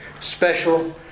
Special